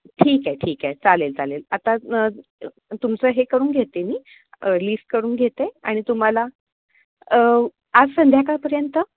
ठीक आहे ठीक आहे चालेल चालेल आता तुमचं हे करून घेते मी लिस्ट करून घेते आणि तुम्हाला आज संध्याकाळपर्यंत